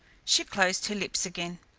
she closed her lips again.